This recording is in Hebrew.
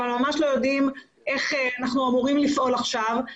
ממש לא יודעים איך אנחנו אמורים לפעול עכשיו.